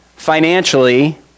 Financially